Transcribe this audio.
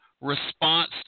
response